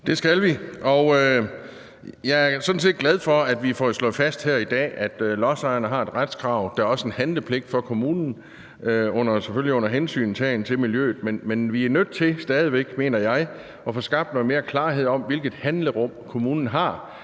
Det skal den. Jeg er sådan set glad for, at vi får slået fast her i dag, at lodsejerne har et retskrav, og at der også er en handlepligt for kommunen, selvfølgelig under hensyntagen til miljøet. Men jeg mener, at vi stadig væk er nødt til at få skabt noget mere klarhed om, hvilket handlerum kommunen har.